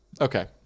Okay